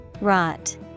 Rot